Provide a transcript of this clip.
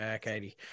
Katie